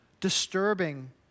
disturbing